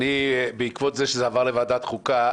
בעקבות זה שזה עבר לוועדת החוקה,